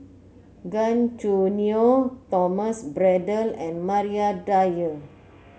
Gan Choo Neo Thomas Braddell and Maria Dyer